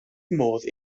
modd